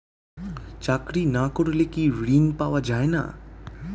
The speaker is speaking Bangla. চাকরি না করলে কি ঋণ পাওয়া যায় না?